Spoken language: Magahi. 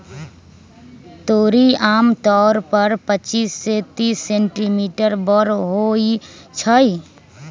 तोरी आमतौर पर पच्चीस से तीस सेंटीमीटर बड़ होई छई